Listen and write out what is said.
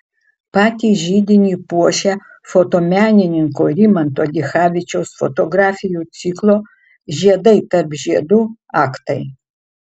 patį židinį puošia fotomenininko rimanto dichavičiaus fotografijų ciklo žiedai tarp žiedų aktai